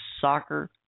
soccer